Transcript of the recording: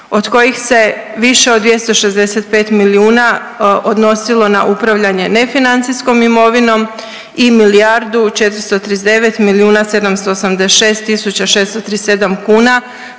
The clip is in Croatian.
od kojih se više od 265 milijuna odnosilo na upravljanje nefinancijskom imovinom i milijardu 439 milijuna 786 tisuća 637 kuna